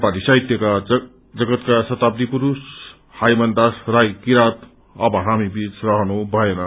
नेपाली साहित्य जगतका शताब्दी पुरूष हाइमानदास राई किरात अव हामी बीच रहनु भएन